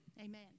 Amen